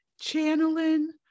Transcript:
channeling